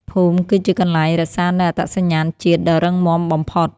ភូមិគឺជាកន្លែងរក្សានូវអត្តសញ្ញាណជាតិដ៏រឹងមាំបំផុត។